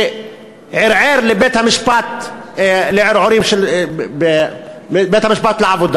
שערער לבית-המשפט לערעורים של בית-המשפט לעבודה